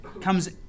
comes